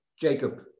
Jacob